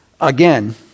again